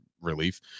relief